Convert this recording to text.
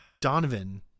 Donovan